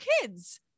kids